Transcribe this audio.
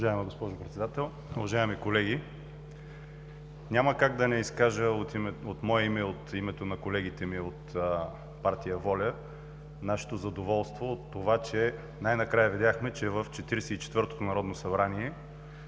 Уважаема госпожо Председател, уважаеми колеги! Няма как да не кажа от мое име и от името на колегите ни от партия „Воля“ нашето задоволство от това, че най-накрая видяхме, че в Четиридесет